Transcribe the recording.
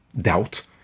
doubt